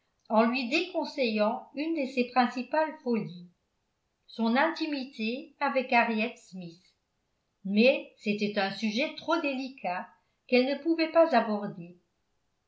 en lui déconseillant une de ses principales folies son intimité avec henriette smith mais c'était un sujet trop délicat qu'elle ne pouvait pas aborder